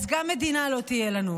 גם מדינה לא תהיה לנו.